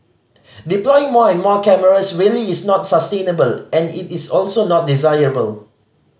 deploying more and more cameras really is not sustainable and it is also not desirable